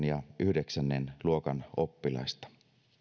ja yhdeksännen luokan oppilaista